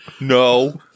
No